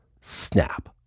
snap